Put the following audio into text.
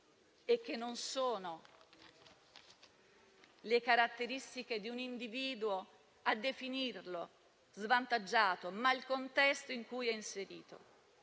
e che non sono le caratteristiche di un individuo a definirlo svantaggiato, ma il contesto in cui è inserito.